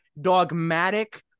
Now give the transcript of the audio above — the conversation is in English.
dogmatic